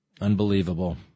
Unbelievable